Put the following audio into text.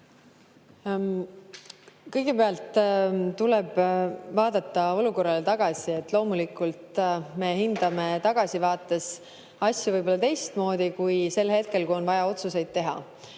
Kõigepealt tuleb vaadata olukorrale tagasi. Loomulikult me hindame tagasivaates asju teistmoodi kui sel hetkel, kui on vaja otsuseid teha.